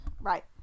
Right